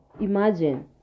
Imagine